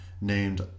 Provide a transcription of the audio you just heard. named